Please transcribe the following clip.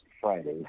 Friday